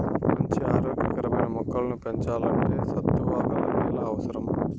మంచి ఆరోగ్య కరమైన మొక్కలను పెంచల్లంటే సత్తువ గల నేల అవసరం